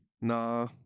Nah